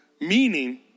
Meaning